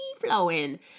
flowing